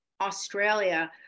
Australia